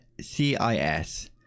C-I-S